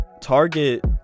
target